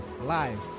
live